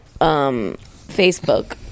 Facebook